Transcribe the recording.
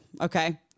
Okay